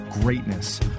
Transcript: greatness